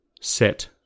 set